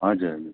हजुर हजुर